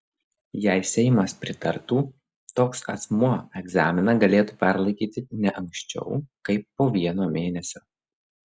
jei seimas pritartų toks asmuo egzaminą galėtų perlaikyti ne anksčiau kaip po vieno mėnesio